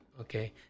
okay